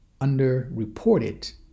underreported